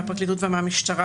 מהפרקליטות ומהמשטרה,